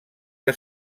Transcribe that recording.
que